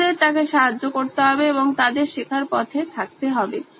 শিশুদের তাকে সাহায্য করতে হবে এবং তাদের শেখার পথে থাকতে হবে